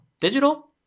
Digital